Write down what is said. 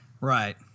Right